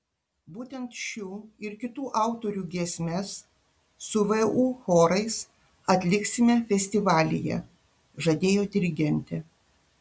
būtent šių ir kitų autorių giesmes su vu chorais atliksime festivalyje žadėjo dirigentė